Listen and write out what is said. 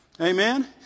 Amen